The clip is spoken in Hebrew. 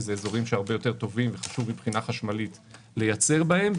שזה אזורים שחשוב מבחינה חשמלית לייצר בהם,